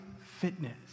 fitness